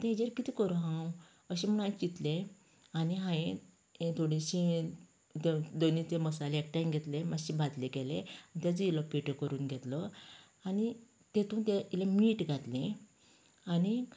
आता हेजेर कितें करूं हांव अशें म्हूण हांवें चिंतले आनी हायें हे थोडीशीं दोनी तें मसाले एकठांय घेतले मात्शे भाजले गेले तेजो इल्लो पिठो करून घेतलो आनी तेतूंत तें इल्ले मीठ घातले आनी